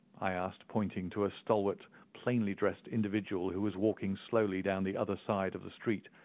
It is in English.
i asked, pointing to a stalwart, plainly-dressed individual who was walking slowly down the other side of the street,